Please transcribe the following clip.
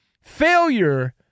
failure